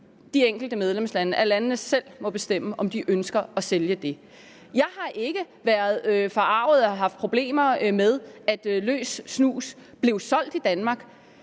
de enkelte medlemslande, altså at landene selv må bestemme, om de ønsker at sælge det. Jeg har ikke været forarget over eller har haft problemer med, at der blev solgt løs snus i Danmark.